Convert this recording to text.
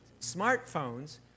smartphones